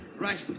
Right